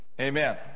amen